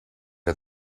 are